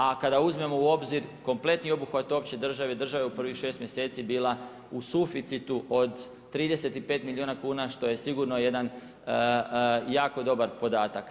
A kada uzmemo u obzir kompletni obuhvat opće države i države u prvih 6 mjeseci je bila u suficitu od 35 milijuna kuna što je sigurno jedan jako dobar podatak.